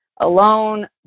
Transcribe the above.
alone